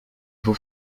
vous